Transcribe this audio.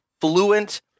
fluent